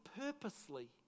purposely